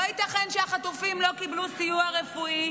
לא ייתכן שהחטופים לא קיבלו סיוע רפואי,